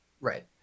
Right